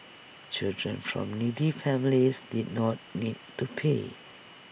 children from needy families did not need to pay